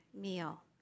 meal